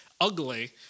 ugly